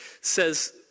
says